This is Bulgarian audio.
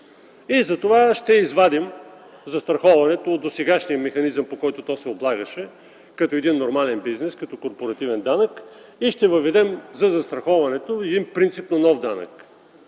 и затова ще извадим застраховането от досегашния механизъм, по който то се облагаше, като един нормален бизнес като корпоративен данък и ще въведем за застраховането един принципно нов данък